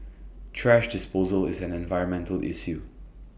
thrash disposal is an environmental issue